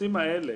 הנושאים האלה